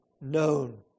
known